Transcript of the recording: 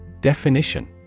Definition